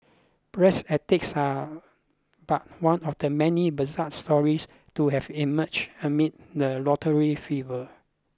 Bragg's Antics are but one of the many bizarre stories to have emerged amid the lottery fever